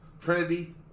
Trinity